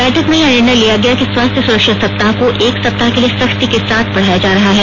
बैठक में यह निर्णय लिया गया कि स्वास्थ्य सुरक्षा सप्ताह को एक सप्ताह के लिए सख्ती के साथ बढ़ाया जा रहा है